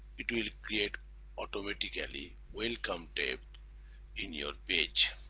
it will create automatically welcome tab in your page